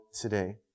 today